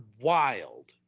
wild